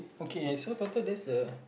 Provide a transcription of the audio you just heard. okay so total this uh